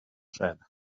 said